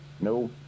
No